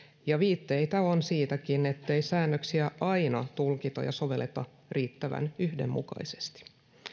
ja viitteitä on siitäkin ettei säännöksiä aina tulkita ja sovelleta riittävän yhdenmukaisesti